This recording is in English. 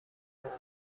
flow